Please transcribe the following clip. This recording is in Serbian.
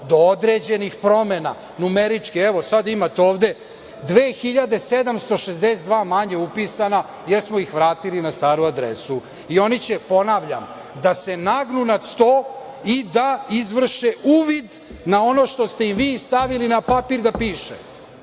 do određenih promena numerički. Evo, sada imate ovde 2.762 manje upisana, jer smo ih vratili na staru adresu i oni će, ponavljam, da se nagnu nad sto i da izvrše uvid na ono što ste im vi stavili na papir da piše.